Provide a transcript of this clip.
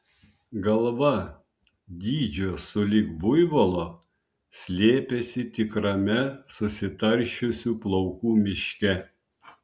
galva dydžio sulig buivolo slėpėsi tikrame susitaršiusių plaukų miške